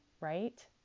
right